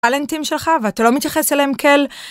טלנטים שלך, ואתה לא מתייחס אליהם, כאל.